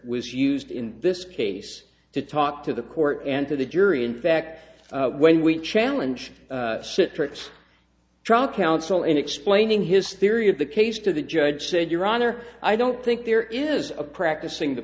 was used in this case to talk to the court and to the jury in fact when we challenge citrix trial counsel in explaining his theory of the case to the judge said your honor i don't think there is a practicing the